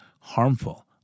harmful